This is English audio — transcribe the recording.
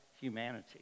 humanity